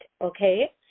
okay